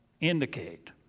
indicate